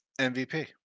MVP